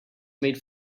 made